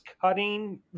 cutting